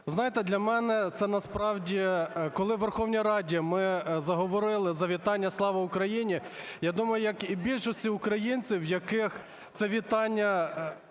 Знаєте, для мене це насправді, коли у Верховній Раді ми заговорили за вітання "Слава Україні", я думаю, як і більшості українців, у яких це вітання,